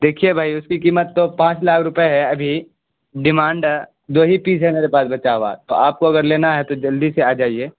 دیکھیے بھائی اس کی قیمت تو پانچ لاکھ روپیے ہے ابھی ڈیمانڈ دو ہی پیس ہے میرے پاس بچا ہوا تو آپ کو اگر لینا ہے تو جلدی سے آ جائیے